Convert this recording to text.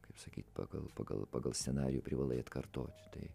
kaip sakyt pagal pagal pagal scenarijų privalai atkartot tai